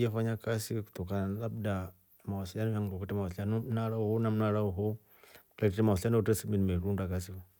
Ye fanya kasi kutokana labda mawasiliano shandu kutre mnara wou na mnara wou kutrate mawasiliano kwetre simu ye shi ruunda kasi fo.